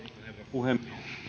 puhemies